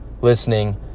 listening